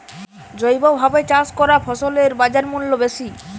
জৈবভাবে চাষ করা ফসলের বাজারমূল্য বেশি